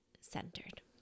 centered